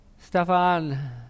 Stefan